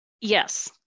Yes